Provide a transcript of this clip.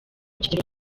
kigero